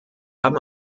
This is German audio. haben